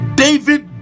david